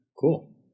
Cool